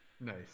Nice